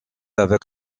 avec